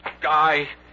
Guy